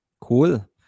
Cool